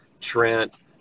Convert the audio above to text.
Trent